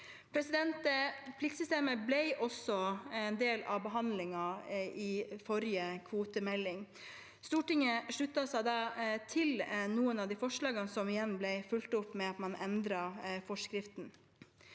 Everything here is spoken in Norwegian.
meldingen. Pliktsystemet ble også en del av behandlingen i forrige kvotemelding. Stortinget sluttet seg da til noen av de forslagene som igjen ble fulgt opp med at man endret forskriften.